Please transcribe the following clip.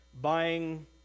buying